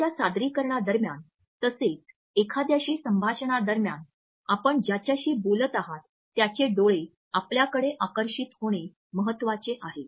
एखाद्या सादरीकरणा दरम्यान तसेच एखाद्याशी संभाषणादरम्यान आपण ज्याच्याशी बोलत आहात त्याचे डोळे आपल्याकडे आकर्षित होणे महत्वाचे आहे